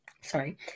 Sorry